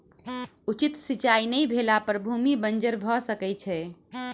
उचित सिचाई नै भेला पर भूमि बंजर भअ सकै छै